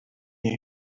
must